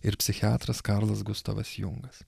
ir psichiatras karlas gustavas jungas